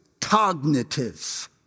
cognitive